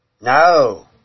No